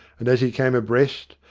and as he came abreast,